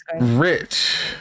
rich